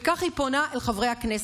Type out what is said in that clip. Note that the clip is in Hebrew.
וכך היא פונה אל חברי הכנסת: